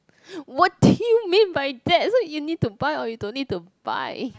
what do you mean by that so you need to buy or you don't need to buy